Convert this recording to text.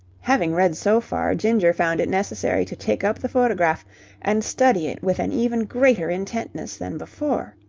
having read so far, ginger found it necessary to take up the photograph and study it with an even greater intentness than before.